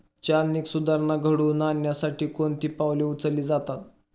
चालनीक सुधारणा घडवून आणण्यासाठी कोणती पावले उचलली जातात?